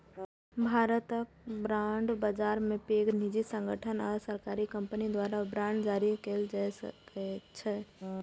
भारतक बांड बाजार मे पैघ निजी संगठन आ सरकारी कंपनी द्वारा बांड जारी कैल जाइ छै